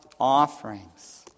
offerings